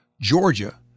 Georgia